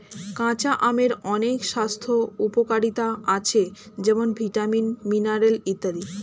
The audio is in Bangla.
কাঁচা আমের অনেক স্বাস্থ্য উপকারিতা আছে যেমন ভিটামিন, মিনারেল ইত্যাদি